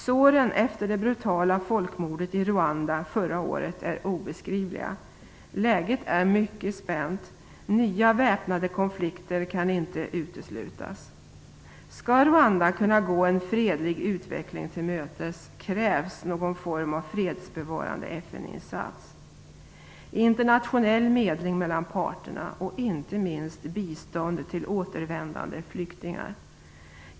Såren efter det brutala folkmordet i Rwanda förra året är obeskrivliga. Läget är mycket spänt. Nya väpnade konflikter kan inte uteslutas. Skall Rwanda kunna gå en fredlig utveckling till mötes krävs någon form av fredsbevarande FN-insats, internationell medling mellan parterna och inte minst bistånd till återvändande flyktingar.